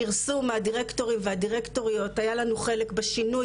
פרסום הדירקטורים והדירקטוריות היה לנו חלק בשינוי